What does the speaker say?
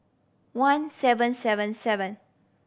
one seven seven seven